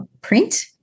print